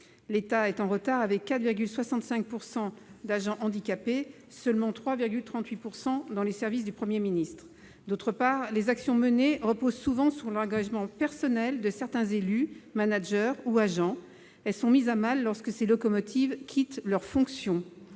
L'État est en retard avec 4,65 % d'agents handicapés- et seulement 3,38 % dans les services du Premier ministre. Deuxièmement, les actions menées reposent souvent sur l'engagement personnel de certains élus, managers ou agents. Elles sont mises à mal lorsque ces locomotives quittent leurs fonctions.